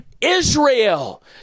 Israel